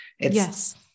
Yes